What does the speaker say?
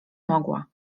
mogła